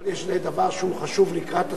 אם יש דבר שהוא חשוב לקראת הסיום,